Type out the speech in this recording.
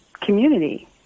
community